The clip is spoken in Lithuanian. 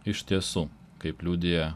iš tiesų kaip liudija